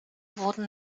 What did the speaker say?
wurden